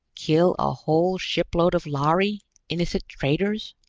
kill a whole shipload of lhari innocent traders?